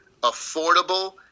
affordable